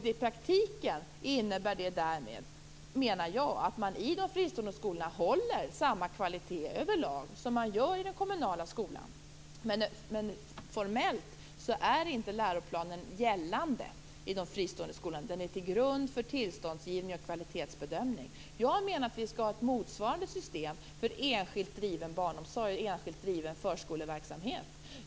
I praktiken innebär det därmed, menar jag, att man i de fristående skolorna över lag håller samma kvalitet som man gör i den kommunala skolan. Men formellt gäller läroplanen inte de fristående skolorna. Den ligger till grund för tillståndsgivning och kvalitetsbedömning. Jag menar att vi skall ha ett motsvarande system för enskilt driven barnomsorg, enskilt driven förskoleverksamhet.